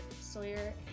sawyer